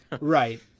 Right